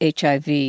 HIV